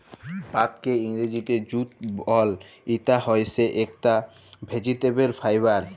পাটকে ইংরজিতে জুট বল, ইটা হইসে একট ভেজিটেবল ফাইবার